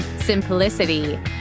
simplicity